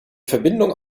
verbindung